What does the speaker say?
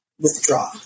withdraw